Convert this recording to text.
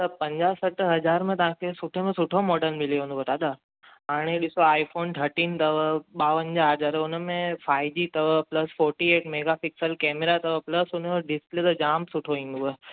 त पंजाहु सठि हज़ार में तव्हां खे सुठे में सुठो मॉडल मिली वेंदव दादा हाणे ॾिसो आई फ़ोन थर्टीन अथव ॿावंजाहु हज़ार उन में फाइव जी अथव plus forty eight megapixel camera अथव प्लस हुन जो डिस्प्ले त जामु सुठो थींदव